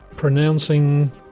Pronouncing